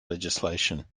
legislation